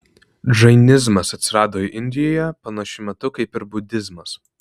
džainizmas atsirado indijoje panašiu metu kaip ir budizmas